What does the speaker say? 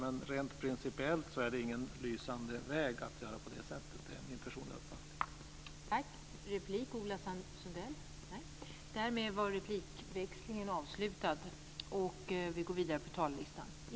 Men rent principiellt är det min personliga uppfattning att det inte är en lysande väg att göra på det här sättet.